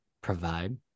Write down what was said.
provide